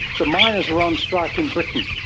the miners were on strike in britain.